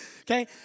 Okay